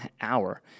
hour